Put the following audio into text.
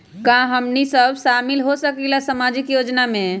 का हमनी साब शामिल होसकीला सामाजिक योजना मे?